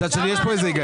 מצד שני, יש פה היגיון.